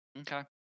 Okay